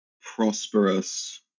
prosperous